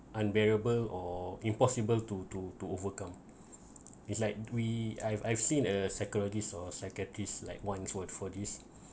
unbearable or impossible to to to overcome is like we I've I've seen a security source executives like one for for this